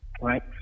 Right